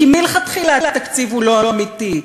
כי מלכתחילה התקציב הוא לא אמיתי.